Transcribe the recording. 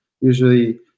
usually